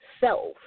self